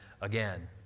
again